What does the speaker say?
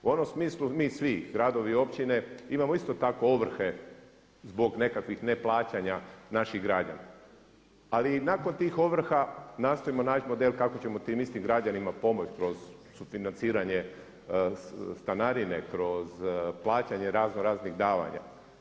U onom smislu mi svi gradovi i općine imamo isto tako ovrhe zbog nekakvih neplaćanja naših građana, ali i nakon tih ovrha nastojimo naći model kako ćemo tim istim građanima pomoći kroz sufinanciranje stanarine, kroz plaćanje raznoraznih davanja.